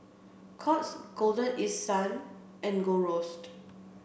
Courts Golden East Sun and Gold Roast